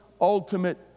ultimate